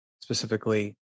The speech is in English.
specifically